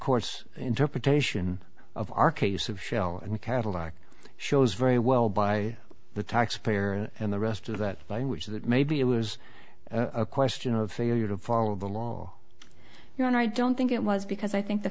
course interpretation of r k use of shell and cadillac shows very well by the taxpayer and the rest of that language that maybe it was a question of failure to follow the law your honor i don't think it was because i think the